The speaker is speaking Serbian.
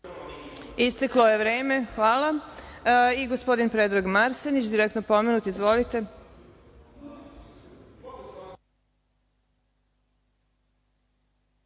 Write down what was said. Isteklo je vreme. Hvala.I gospodin Predrag Marsenić je direktno pomenut. Izvolite.